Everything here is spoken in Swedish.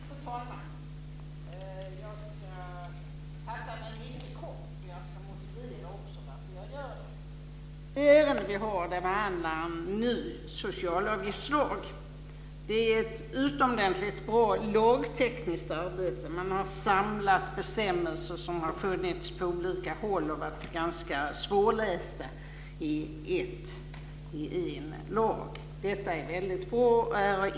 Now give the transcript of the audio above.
Fru talman! Jag ska fatta mig mycket kort. Jag ska också motivera varför jag gör det. Det här ärendet handlar om en ny socialavgiftslag. Det är ett utomordentligt bra lagtekniskt arbete. Man har samlat bestämmelser som har funnits på olika håll och varit ganska svårlästa i en lag. Detta är väldigt bra.